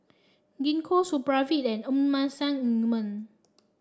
Gingko Supravit and Emulsying Ointment